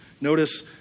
Notice